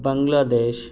بنگلہ دیش